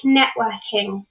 networking